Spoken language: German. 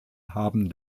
haben